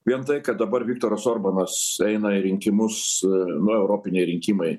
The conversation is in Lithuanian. vien tai kad dabar viktoras orbanas eina į rinkimus na europiniai rinkimai